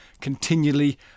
continually